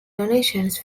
donations